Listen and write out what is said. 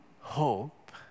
hope